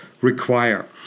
require